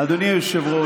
אדוני השר.